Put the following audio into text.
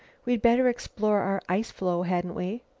we'd better explore our ice-floe, hadn't we?